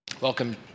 Welcome